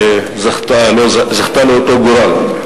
שזכתה לאותו גורל,